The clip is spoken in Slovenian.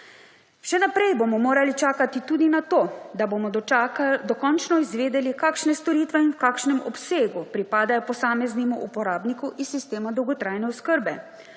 Še naprej bomo morali čakati tudi na to, da bomo dokončno izvedeli, kakšne storitve in v kakšnem obsegu pripadajo posameznemu uporabniku iz sistema dolgotrajne oskrbe.